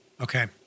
Okay